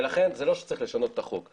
ולכן זה לא שצריך לשנות את החוק,